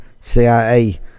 CIA